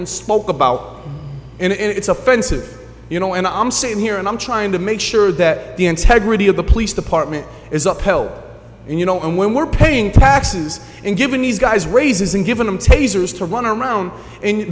and spoke about and it's offensive you know and i'm sitting here and i'm trying to make sure that the integrity of the police department is upheld and you know and when we're paying taxes and giving these guys raises and given them tasers to run around and